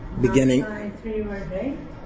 Beginning